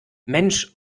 mensch